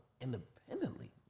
independently